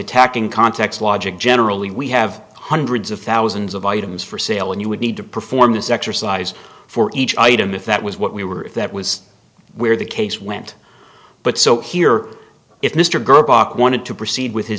context logic generally we have hundreds of thousands of items for sale and you would need to perform this exercise for each item if that was what we were if that was where the case went but so here if mr wanted to proceed with his